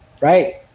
Right